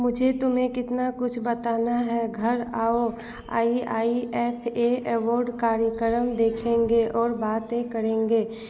मुझे तुम्हें कितना कुछ बताना है घर आओ I I F A award कार्यक्रम देखेंगे और बातें करेंगे क्या तुम्हें याद है पिछली बार हमने फिल्मफेयर अवॉर्ड देखे थे और तब सब फिल्मों और एक्टरों के बारे में कितनी गपशप की थी आह कितना मज़ा आया था